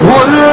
one